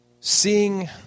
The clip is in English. seeing